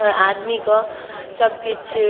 आदमीके सभकिछु